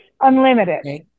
unlimited